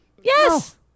Yes